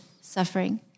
suffering